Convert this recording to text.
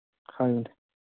ꯍꯥꯏꯌꯨꯅꯦ